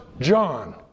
John